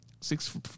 six